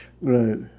Right